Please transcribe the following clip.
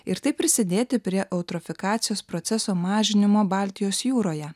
ir taip prisidėti prie eutrofikacijos proceso mažinimo baltijos jūroje